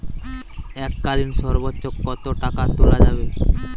এককালীন সর্বোচ্চ কত টাকা তোলা যাবে?